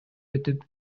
өтүп